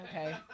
Okay